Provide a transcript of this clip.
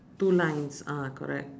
two lines ah correct